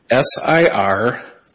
SIR